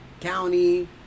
county